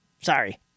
Sorry